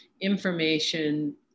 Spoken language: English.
information